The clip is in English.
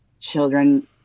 children